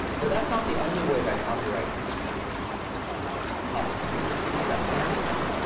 but that's not the only way that copyright constrains copying and music. so if you think about sampling,